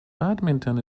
badminton